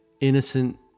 innocent